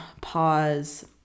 pause